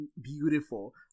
beautiful